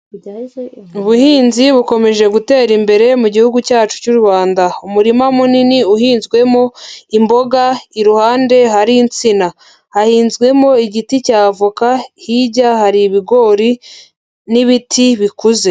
Ubuhinzi bukomeje gutera imbere mu gihugu cyacu cy'u Rwanda. Umurima munini uhinzwemo imboga, iruhande hari insina. Hahinzwemo igiti cy'avoka, hirya hari ibigori n'ibiti bikuze.